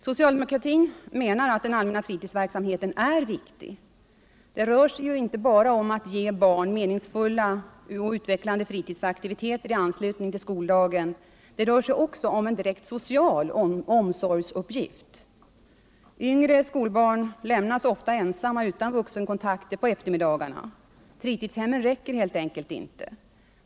Socialdemokratin menar att den allmänna fritidsverksamheten är viktig. Det rör sig inte bara om att ge barn meningsfulla och utvecklande fritidsaktivieter i anslutning till skoldagen utan också om en direkt social omsorgsuppgift. Yngre skolbarn lämnas ofta ensamma utan vuxenkontakter på eftermiddagarna. Fritidshemmen räcker helt enkelt inte.